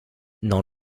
dans